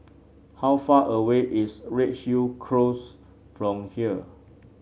how far away is Redhill Close from here